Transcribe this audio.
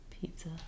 pizza